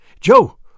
Joe